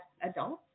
adults